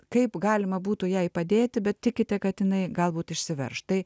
kaip galima būtų jai padėti bet tikite kad jinai galbūt išsiverš tai